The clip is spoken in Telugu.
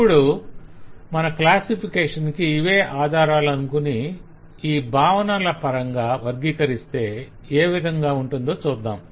ఇప్పుడు మన క్లాసిఫికేషన్ కి ఇవే ఆధారలనుకొని ఈ భావనల పరంగా వర్గీకరిస్తే ఏ విధంగా ఉంటుందో చూద్దాం